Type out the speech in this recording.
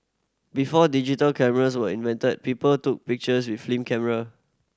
before digital cameras were invented people took pictures with film camera